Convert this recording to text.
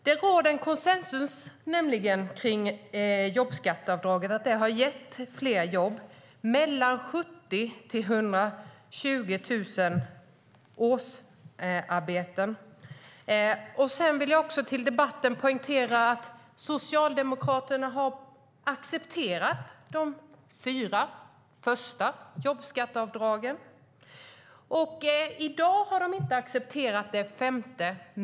Det råder nämligen konsensus kring att jobbskatteavdragen har gett fler jobb, mellan 70 000 och 120 000 årsarbeten. Jag vill också poängtera att Socialdemokraterna har accepterat de fyra första jobbskatteavdragen. I dag har de inte accepterat det femte.